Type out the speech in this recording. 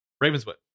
Ravenswood